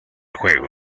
juego